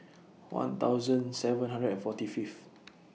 one thousand seven hundred and forty Fifth